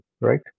right